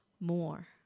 more